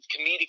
comedic